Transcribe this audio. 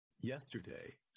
yesterday